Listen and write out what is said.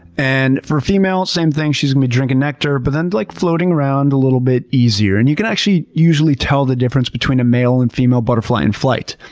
and for females, same thing, she's gonna be drinking nectar, but then like floating around a little bit easier. and you can actually usually tell the difference between a male and female butterfly in flight,